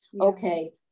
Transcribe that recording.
okay